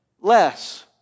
less